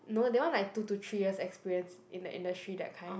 no they want like two to three years experience in the industry that kind